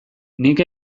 nik